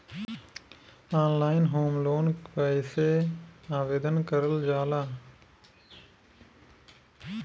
Online home loan कैसे आवेदन करल जा ला?